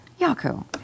Yaku